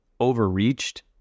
overreached